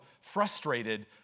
frustrated